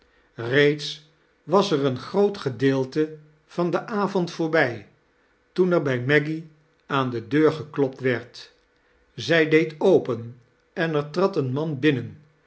reeds was er een groot gedeelte van den avond voorbij toen er bq meggy aan de deur geklopt werd zij deed open en er trad een man binnen